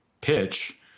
pitch